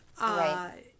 Right